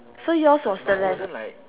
so yours was the leh